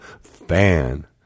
fan